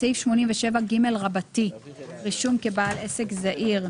בסעיף 87ג, רישום כבעל עסק זעיר,